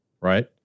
right